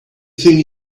think